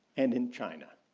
and in china,